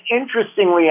interestingly